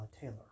Taylor